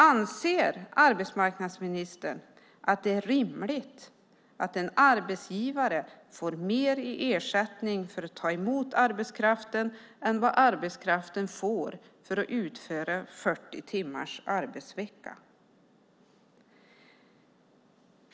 Anser arbetsmarknadsministern att det är rimligt att en arbetsgivare får mer i ersättning för att ta emot arbetskraften än vad arbetskraften får för att utföra 40 timmars arbete i veckan?